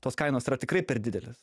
tos kainos yra tikrai per didelės